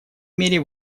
мере